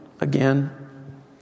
again